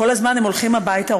כל הזמן הם הולכים הביתה,